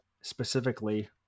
specifically